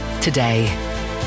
today